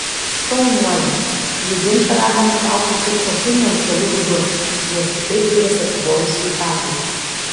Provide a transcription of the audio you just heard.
šaunuolė jų ginčą galima nutraukti tik tokiu neutraliu būdu nes kitaip grėsė pavojus sveikatai